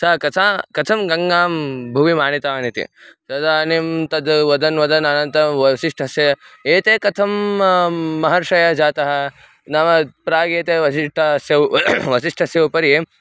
सा कथा कथं गङ्गां भूमिम् आनीतवानिति तदानीं तद् वदन् वदन् अनन्तरं वसिष्ठस्य एते कथं महर्षयः जाताः नाम प्रागेते वसिष्ठस्य वसिष्ठस्य उपरि